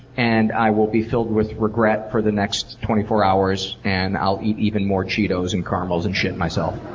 and i will be filled with regret for the next twenty four hours. and i'll eat even more cheetos and caramels and shit myself.